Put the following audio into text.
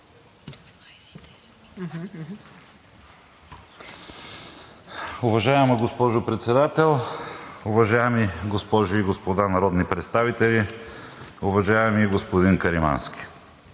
Уважаема госпожо Председател, уважаеми госпожи и господа народни представители! Уважаеми господин Каримански,